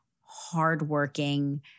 hardworking